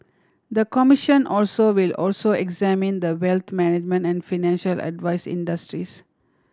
the commission also will also examine the wealth management and financial advice industries